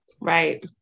Right